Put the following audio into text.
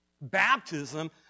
Baptism